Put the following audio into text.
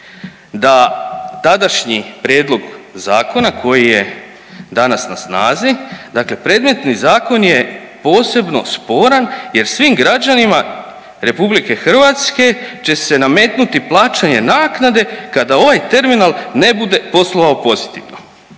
da tadašnji Prijedlog zakona koji je danas na snazi dakle predmetni zakon je posebno sporan jer svim građanima Republike Hrvatske će se nametnuti plaćanje naknade kada ovaj terminal ne bude poslovao pozitivno.